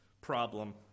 problem